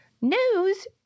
news